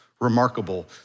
remarkable